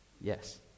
Yes